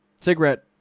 cigarette